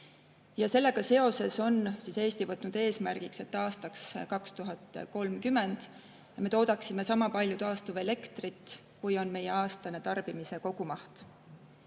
Sellega seoses on Eesti võtnud eesmärgiks, et aastaks 2030 me toodaksime sama palju taastuvelektrit, kui on meie aastane [energia]tarbimise kogumaht.